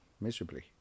miserably